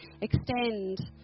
extend